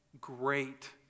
Great